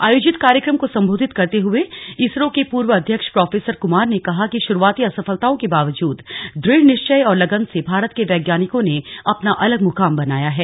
आयोजित कार्यक्रम को संबोधित करते हुए इसरो के पूर्व अध्यक्ष प्रोफेसर कुमार ने कहा कि शुरूआती असफलताओ के बावजूद दृढ निश्चय और लगन से भारत के वैज्ञाानिको ने अपना अलग मुकाम बनाया है